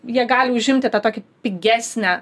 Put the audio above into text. jie gali užimti tą tokį pigesnę